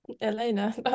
Elena